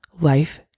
Life